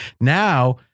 Now